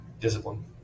discipline